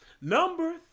Number